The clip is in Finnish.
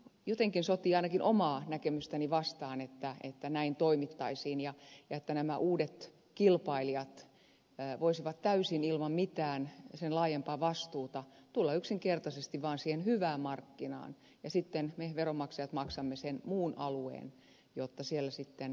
jotenkin sotii ainakin omaa näkemystäni vastaan se että näin toimittaisiin ja että nämä uudet kilpailijat voisivat täysin ilman mitään sen laajempaa vastuuta tulla yksinkertaisesti vaan siihen hyvään markkinaan ja sitten me veronmaksajat maksamme sen muun alueen jotta siellä sitten posti kulkee